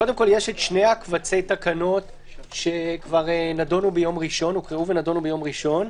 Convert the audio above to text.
קודם כל יש שני קבצי התקנות שהוקראו ונדונו ביום ראשון,